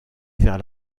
vers